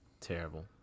terrible